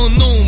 no